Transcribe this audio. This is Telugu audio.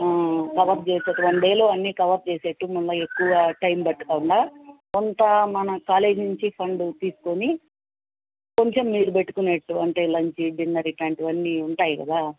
కవర్ చేసేటట్లు వన్ డేలో అన్నీ కవర్ చేసేటట్లు మళ్ళీ ఎక్కువ టైమ్ పట్టకుండా కొంత మన కాలేజ్ నుంచి ఫండు తీసుకొని కొంచెం మీరు పెట్టుకునేటట్లు అంటే లంచి డిన్నర్ ఇట్లాంటివి అన్నీ ఉంటాయి కదా